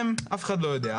אף אחד לא יודע.